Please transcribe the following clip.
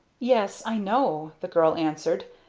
yes i know, the girl answered.